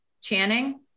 Channing